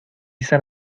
san